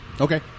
Okay